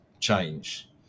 change